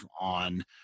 on